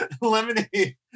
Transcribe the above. lemonade